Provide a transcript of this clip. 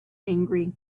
angry